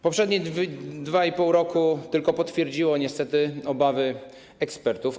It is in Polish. Poprzednie 2,5 roku tylko potwierdziło niestety obawy ekspertów.